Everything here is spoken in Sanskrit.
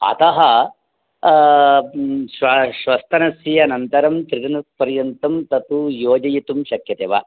अतः श्वः श्वस्तनस्यनन्तरं त्रिदिनपर्यन्तं तत् योजयितुं शक्यते वा